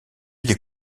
les